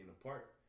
apart